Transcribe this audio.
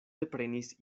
deprenis